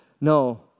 No